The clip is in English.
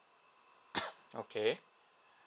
okay